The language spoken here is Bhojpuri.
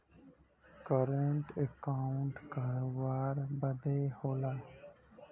करंट अकाउंट करोबार बदे होला